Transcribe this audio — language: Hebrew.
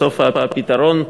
בסוף, הפתרון,